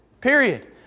Period